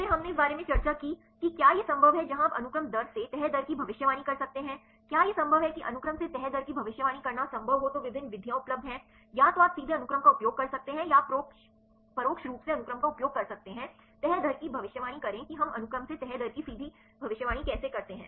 फिर हमने इस बारे में चर्चा की कि क्या यह संभव है जहां आप अनुक्रम दर से तह दर की भविष्यवाणी कर सकते हैं क्या यह संभव है कि अनुक्रम से तह दर की भविष्यवाणी करना संभव हो तो विभिन्न विधियां उपलब्ध हैं या तो आप सीधे अनुक्रम का उपयोग कर सकते हैं या आप परोक्ष रूप से अनुक्रम का उपयोग कर सकते हैं तह दर की भविष्यवाणी करें कि हम अनुक्रम से तह दर की सीधे भविष्यवाणी कैसे करते हैं